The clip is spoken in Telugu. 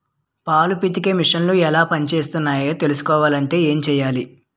పాలు పితికే మిసన్లు ఎలా పనిచేస్తాయో తెలుసుకోవాలంటే ఏం చెయ్యాలి?